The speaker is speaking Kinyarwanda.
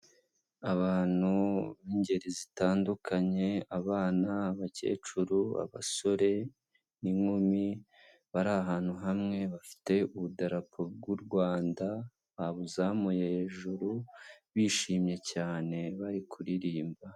Abantu b'ingeri zitandukanye abana, abakecuru, ababasore n'inkumi bari ahantu hamwe bafite ubudarapa bw'u Rwanda babuzamuye hejuru bishimye cyane bari kuririmba.